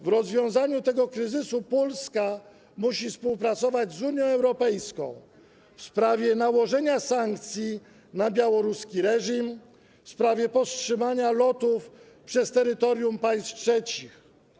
W rozwiązaniu tego kryzysu Polska musi współpracować z Unią Europejską: w sprawie nałożenia sankcji na białoruski reżim, w sprawie powstrzymania lotów przez terytorium państw trzecich.